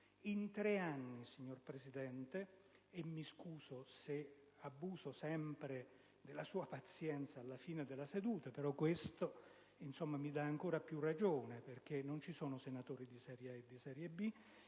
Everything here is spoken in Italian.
In tre anni, signor Presidente - e mi scuso se abuso sempre della sua pazienza alla fine della seduta, ma questo mi dà ancora più ragione, perché non ci sono senatori di serie A e di serie B